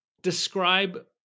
describe